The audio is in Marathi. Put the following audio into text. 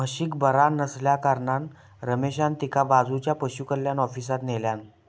म्हशीक बरा नसल्याकारणान रमेशान तिका बाजूच्या पशुकल्याण ऑफिसात न्हेल्यान